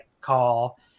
call